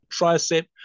tricep